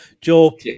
Joe